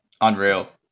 Unreal